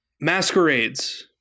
Masquerades